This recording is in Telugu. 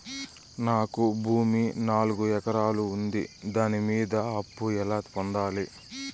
నాకు భూమి నాలుగు ఎకరాలు ఉంది దాని మీద అప్పు ఎలా పొందాలి?